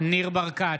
ניר ברקת,